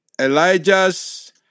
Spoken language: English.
Elijah's